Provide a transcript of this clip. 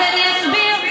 אז אני אסביר.